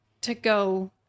to-go